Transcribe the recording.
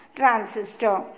transistor